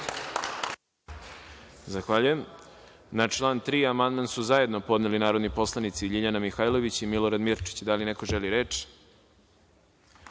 Zahvaljujem. Na član 3. amandman su zajedno podneli narodni poslanici LJiljana Mihajlović i Milorad Mirčić. Da li neko želi reč?